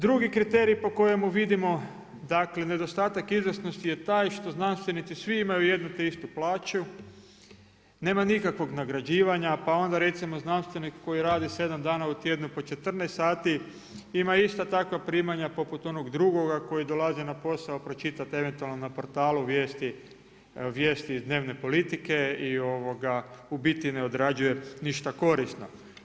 Drugi kriterij po kojemu vidimo nedostatak izvrsnosti je taj što znanstvenici svi imaju jednu te istu plaću, nema nikakvog nagrađivanja pa onda recimo znanstvenik koji rada 7 dana u tjednu po 14 sati ima ista takva primanja poput onog drugoga koji dolazi na posao pročitati eventualno na portalu vijesti iz dnevne politike i u biti ne odrađuje ništa korisno.